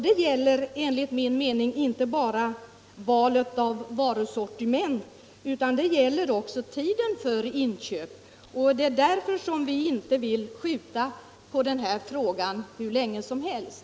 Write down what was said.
Det gäller enligt min mening inte bara valet av varusortiment, utan det gäller också tiden för inköp. Det är därför vi inte vill skjuta på det här beslutet hur länge som helst.